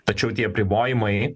tačiau tie apribojimai